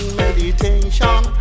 meditation